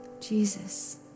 Jesus